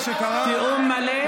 תיאום מלא.